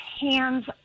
hands